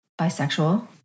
bisexual